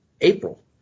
April